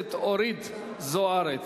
הכנסת אורית זוארץ.